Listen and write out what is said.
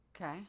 okay